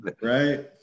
Right